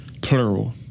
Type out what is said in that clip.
plural